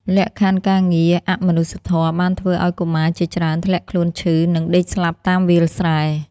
លក្ខខណ្ឌការងារអមនុស្សធម៌បានធ្វើឱ្យកុមារជាច្រើនធ្លាក់ខ្លួនឈឺ និងដេកស្លាប់តាមវាលស្រែ។